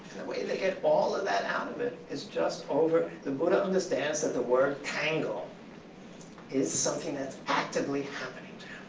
the way they get all of that out of it is just over the buddha understands that the word tangle is something that's actively happening to